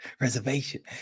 reservation